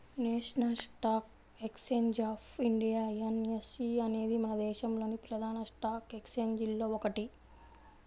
national stock exchange of India NSE అనేది మన దేశంలోని ప్రధాన స్టాక్ ఎక్స్చేంజిల్లో ఒకటి